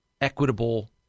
equitable